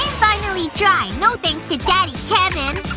finally dry, no thanks to daddy kevin